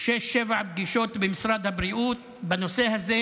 שש-שבע פגישות במשרד הבריאות בנושא הזה,